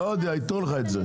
לא יודע, ייתנו לך את זה.